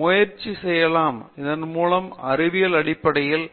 முயற்சி செய்யலாம் இதன் மூலம் அறிவியல் அடிப்படையில்